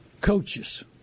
coaches